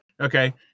Okay